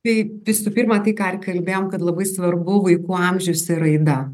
tai visų pirma tai ką ir kalbėjom kad labai svarbu vaikų amžius ir raida